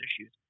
issues